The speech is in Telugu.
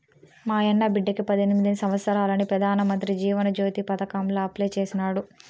మాయన్న బిడ్డకి పద్దెనిమిది సంవత్సారాలని పెదానమంత్రి జీవన జ్యోతి పదకాంల అప్లై చేసినాడు